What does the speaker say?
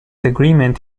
agreement